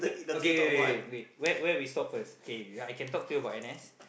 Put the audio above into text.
okay wait wait wait wait where we stop first I can talk to you about N_S